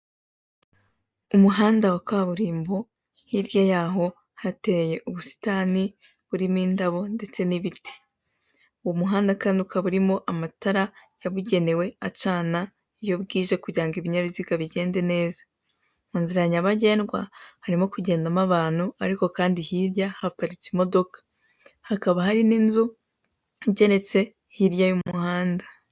Umuhanda wa kaburimbo, hirya yawo hateye ubusitani burimo indabo ndetse n'ibiti, uwo muhanda kandi ukaba urimo amatara yabugenewe acana iyo bwije kugira ngo ibinyabiziga bigende neza, mu nzira nyabagendwa harimo kugendamo abantu ariko kandi hirya haparitse imodoka, hakaba ahri n'inzu igeretse hirya y'umuhanda.